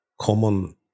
common